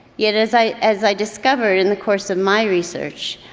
yet, as i as i discovered in the course of my research,